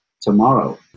tomorrow